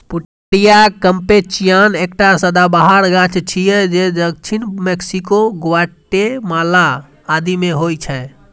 Pouteria कैम्पेचियाना एकटा सदाबहार गाछ छियै जे दक्षिण मैक्सिको, ग्वाटेमाला आदि मे होइ छै